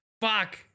Fuck